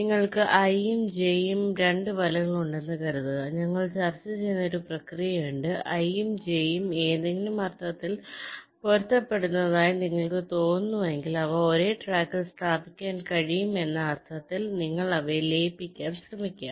നിങ്ങൾക്ക് i ഉം j ഉം 2 വലകൾ ഉണ്ടെന്ന് കരുതുക ഞങ്ങൾ ചർച്ച ചെയ്യുന്ന ഒരു പ്രക്രിയയുണ്ട് i ഉം j ഉം ഏതെങ്കിലും അർത്ഥത്തിൽ പൊരുത്തപ്പെടുന്നതായി നിങ്ങൾക്ക് തോന്നുന്നുവെങ്കിൽ അവ ഒരേ ട്രാക്കിൽ സ്ഥാപിക്കാൻ കഴിയും എന്ന അർത്ഥത്തിൽ നിങ്ങൾ അവയെ ലയിപ്പിക്കാൻ ശ്രമിക്കുക